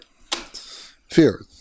Fear